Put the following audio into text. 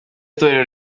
torero